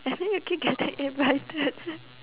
and then you keep getting invited